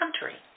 country